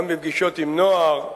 גם בפגישות עם נוער,